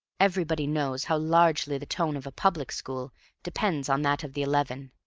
everybody knows how largely the tone of a public school depends on that of the eleven,